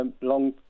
Long